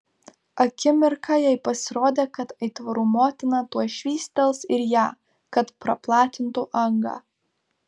akimirką jai pasirodė kad aitvarų motina tuoj švystels ir ją kad praplatintų angą